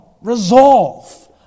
resolve